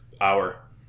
hour